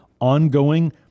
ongoing